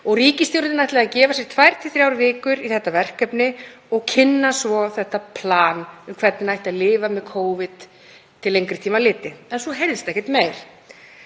og ríkisstjórnin ætlaði að gefa sér tvær til þrjár vikur í það verkefni og kynna svo plan um hvernig ætti að lifa með Covid til lengri tíma litið. En svo heyrðist ekkert meir.